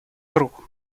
круг